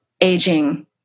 aging